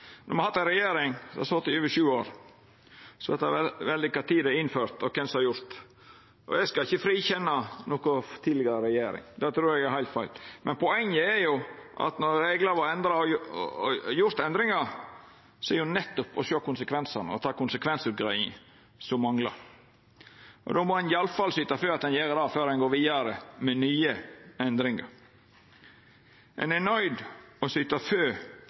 hatt ei regjering som har sete i over sju år, så når det dreiar seg om kva tid det er innført, og kven som har gjort det, skal ikkje eg frikjenna noka tidlegare regjering, det trur eg er heilt feil. Men poenget er at når det er gjort endringar i reglane, bør ein nettopp sjå på konsekvensane og gjera ei konsekvensutgreiing – det manglar. Ein må i alle fall syta for at ein gjer det før ein går vidare med nye endringar. Ein er nøydd til å